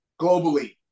globally